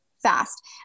fast